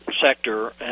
sector